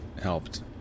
helped